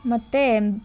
ಮತ್ತು